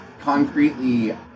Concretely